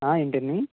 ఏంటండీ